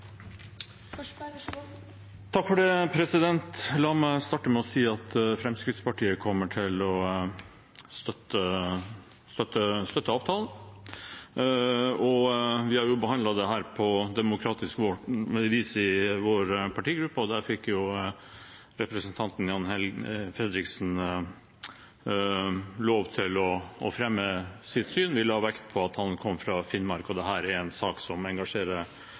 La meg starte med å si at Fremskrittspartiet kommer til å støtte avtalen. Vi har behandlet dette på demokratisk vis i vår partigruppe, og der fikk representanten Jan-Henrik Fredriksen lov til å fremme sitt syn. Vi la vekt på at han kommer fra Finnmark, og at dette er en sak som engasjerer